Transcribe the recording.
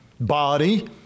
body